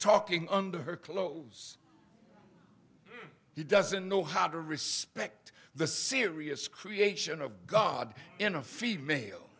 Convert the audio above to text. talking under her clothes he doesn't know how to respect the serious creation of god in a female